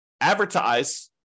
advertise